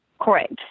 Correct